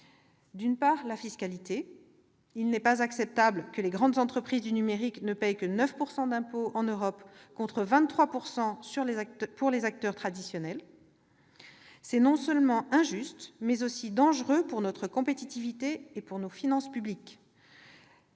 D'une part, sur la fiscalité : il n'est pas acceptable que les grandes entreprises du numérique ne paient que 9 % d'impôts en Europe, contre 23 % pour les acteurs traditionnels. C'est vrai ! C'est non seulement injuste, mais aussi dangereux pour notre compétitivité et pour nos finances publiques.